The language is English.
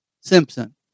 Simpson